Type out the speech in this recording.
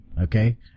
Okay